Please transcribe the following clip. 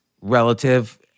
relative